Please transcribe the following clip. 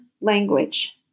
language